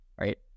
right